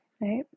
right